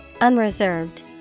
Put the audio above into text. Unreserved